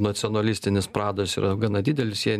nacionalistinis pradas yra gana didelis jie